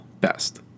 best